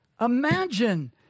Imagine